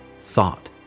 thought